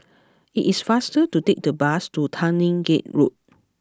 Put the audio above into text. it is faster to take the bus to Tanglin Gate Road